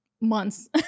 months